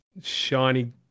shiny